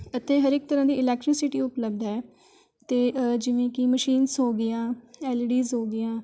ਇੱਥੇ ਹਰ ਇੱਕ ਤਰ੍ਹਾਂ ਦੀ ਇਲੈਕਟ੍ਰੀਸਿਟੀ ਉਪਲਬਧ ਹੈ ਅਤੇ ਜਿਵੇਂ ਕਿ ਮਸ਼ੀਨਜ਼ ਹੋ ਗਈਆਂ ਐੱਲ ਈ ਡੀ ਜ਼ ਹੋ ਗਈਆਂ